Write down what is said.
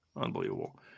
Unbelievable